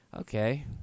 Okay